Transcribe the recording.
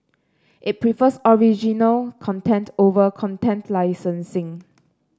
it prefers original content over content licensing